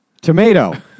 Tomato